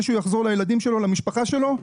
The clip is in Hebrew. שהוא יחזור לילדים שלו ולמשפחה שלו.